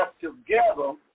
together